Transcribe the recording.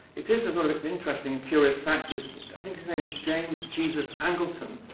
it is a sort of interesting and curious fact that i think his name is james jesus angleton,